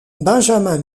benjamin